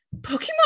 pokemon